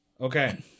Okay